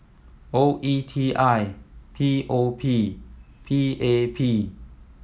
O E T I P O P P A P